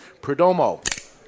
Perdomo